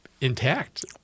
intact